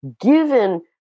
given